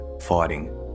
fighting